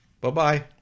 Bye-bye